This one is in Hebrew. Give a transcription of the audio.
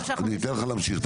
אני אתן לך להמשיך.